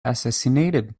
assassinated